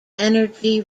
energy